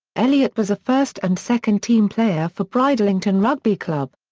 elliott was a first and second-team player for bridlington rugby club.